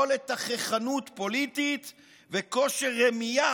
יכולת תככנות פוליטית וכושר רמייה